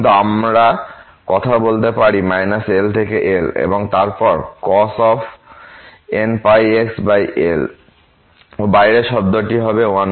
কিন্তু আমরা কথা বলতে পারি -L থেকে L এবং তারপর cos nπxL ও বাইরে শব্দটি হবে 1L